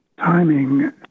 Timing